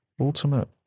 ultimate